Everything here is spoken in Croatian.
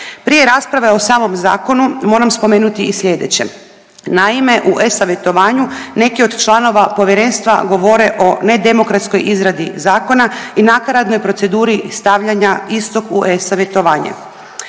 Prije rasprave o samom zakonu moram spomenuti i slijedeće, naime u e-savjetovanju neki od članova povjerenstva govore o nedemokratskoj izradi zakona i nakaradnoj proceduri stavljanja istog u e-savjetovanje.